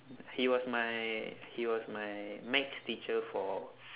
he was my he was my maths teacher for